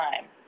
time